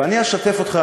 ואני אשתף אותך,